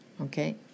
okay